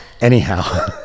Anyhow